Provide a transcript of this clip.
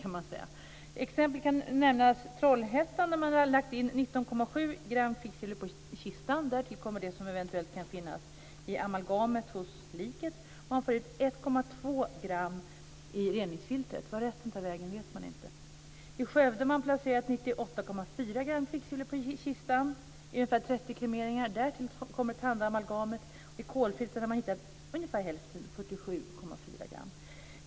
Som ett exempel kan jag nämna Trollhättan, där man har lagt in 19,7 gram kvicksilver på kistan. Därtill kommer det som eventuellt kan finnas i amalgamet hos liket. Man får då ut 1,2 gram i reningsfiltret. Vart resten tar vägen vet man inte. I Skövde har man placerat 98,4 gram kvicksilver på kistan vid ungefär 30 kremeringar. Därtill kommer tandamalgamet. I kolfiltret har man då hittat ungefär hälften, dvs. 47,4 gram.